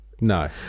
No